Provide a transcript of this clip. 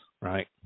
right